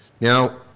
Now